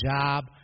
job